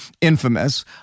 infamous